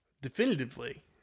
definitively